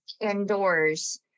indoors